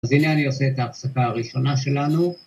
אז הנה אני עושה את ההפסקה הראשונה שלנו